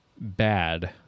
bad